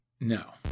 no